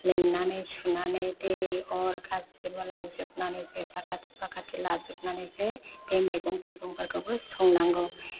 लेमनानै सुनानै दै अर गासिबो लायजोबनानैसो साखाथि फाखाथि लाजोबनानैसो बे मैगं थायगंफोरखौबो संनांगौ